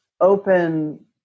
open